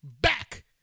back